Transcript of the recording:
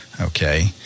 Okay